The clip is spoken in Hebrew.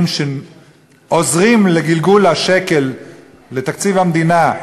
שעוזרים לגלגול השקל לתקציב המדינה,